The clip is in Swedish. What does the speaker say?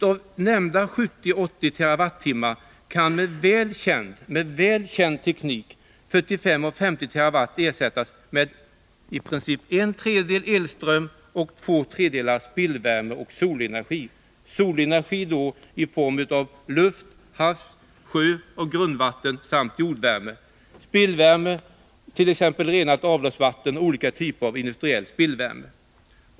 Av nämnda 70-80 TWh kan med väl känd teknik 45-50 TWh ersättas med i princip en tredjedel elström och två tredjedelar spillvärme och solenergi — solenergi då i form av luft, havs-, sjöoch grundvatten samt jordvärme och spillvärme, t.ex. från renat avloppsvatten och olika typer av 9” industriell spillvärme.